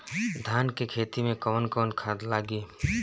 धान के खेती में कवन कवन खाद लागी?